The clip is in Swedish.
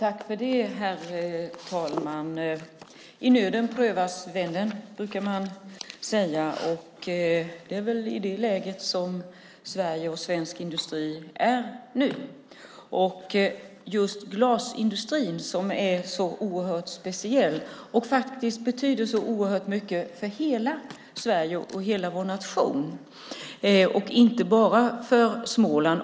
Herr talman! I nöden prövas vännen, brukar man säga. Det är väl i det läget som Sverige och svensk industri är nu. Just glasindustrin är oerhört speciell och betyder oerhört mycket för hela Sverige, inte bara för Småland.